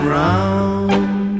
round